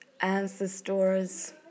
ancestors